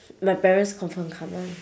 my parents confirm come [one]